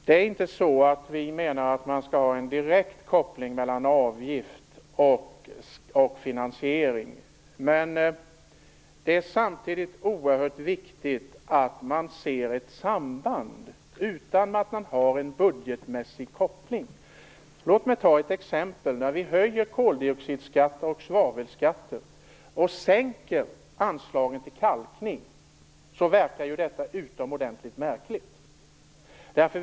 Fru talman! Vi menar inte att man skall ha en direkt koppling mellan avgift och finansiering, men det är samtidigt oerhört viktigt att kunna se ett samband utan en budgetmässig koppling. Låt mig ge ett exempel: När vi höjer koldioxidskatter och svavelskatter och sänker anslagen till kalkning, verkar detta utomordentligt märkligt.